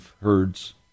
herds